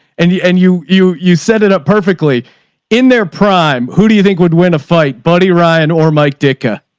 and, and you, you, you set it up perfectly in their prime. who do you think would win a fight buddy ryan or mike ditka